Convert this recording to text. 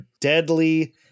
deadly